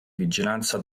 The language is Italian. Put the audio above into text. vigilanza